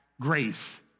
grace